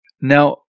Now